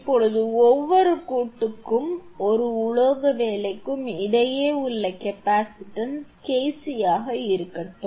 இப்போது ஒவ்வொரு கூட்டுக்கும் ஒரு உலோக வேலைக்கும் இடையே உள்ள கெப்பாசிட்டன்ஸ் KC ஆக இருக்கட்டும்